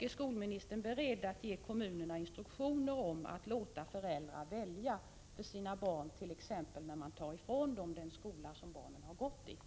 Är skolministern beredd att ge kommunerna instruktioner om att låta föräldrar välja skola för sina barn, t.ex. när man tar ifrån dem den skola som barnen har gått i?